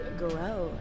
grow